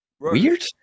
weird